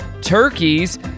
turkeys